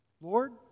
Lord